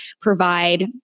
provide